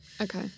Okay